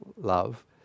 love